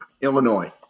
Illinois